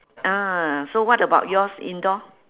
ah so what about yours indoor